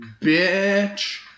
Bitch